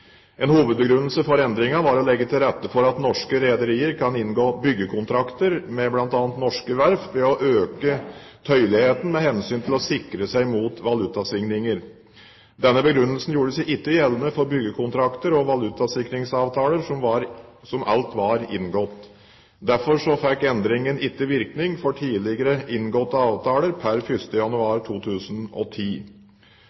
En hovedbegrunnelse for endringen var å legge til rette for at norske rederier kan inngå byggekontrakter med bl.a. norske verft ved å øke tøyeligheten med hensyn til å sikre seg mot valutasvingninger. Denne begrunnelsen gjorde seg ikke gjeldende for byggekontrakter og valutasikringsavtaler som alt var inngått. Derfor fikk endringen ikke virkning for tidligere inngåtte avtaler